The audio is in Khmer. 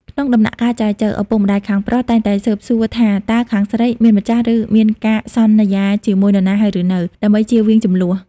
ក្នុងដំណាក់កាលចែចូវ ឪពុកម្ដាយខាងប្រុសតែងតែស៊ើបសួរថាតើខាងស្រី "មានម្ចាស់ ឬមានការសន្យាជាមួយនរណាហើយឬនៅ" ដើម្បីចៀសវាងជម្លោះ។